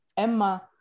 Emma